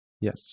Yes